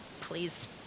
Please